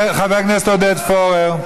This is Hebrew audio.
חבר הכנסת עודד פורר.